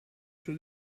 suo